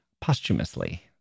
posthumously